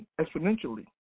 exponentially